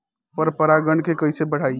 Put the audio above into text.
पर परा गण के कईसे बढ़ाई?